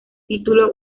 título